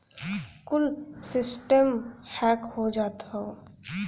कुल सिस्टमे हैक हो जात हौ